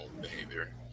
behavior